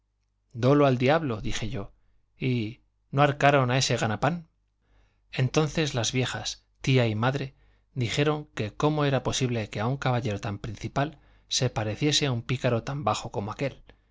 dolo al diablo dije yo y no ahorcaron ese ganapán entonces las viejas tía y madre dijeron que cómo era posible que a un caballero tan principal se pareciese un pícaro tan bajo como aquél